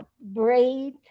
breathe